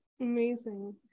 Amazing